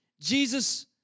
Jesus